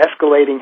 escalating